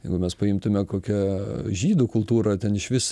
jeigu mes paimtume kokią žydų kultūrą ten išvis